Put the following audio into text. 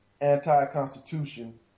anti-constitution